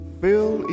fill